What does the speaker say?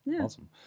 awesome